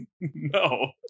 no